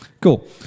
Cool